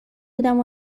بودم